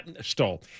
Stole